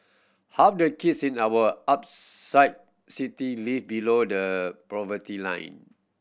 half the kids in our upside city live below the poverty line